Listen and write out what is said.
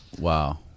Wow